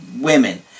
women